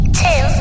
two